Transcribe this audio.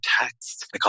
text